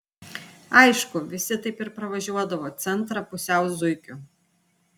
aišku visi taip ir pravažiuodavo centrą pusiau zuikiu